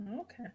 Okay